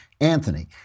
Anthony